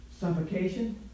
suffocation